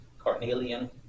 carnelian